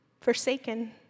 forsaken